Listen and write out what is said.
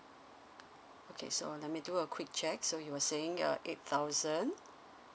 okay so let me do a quick check so you were saying uh eight thousand